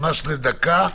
ממש בקצרה,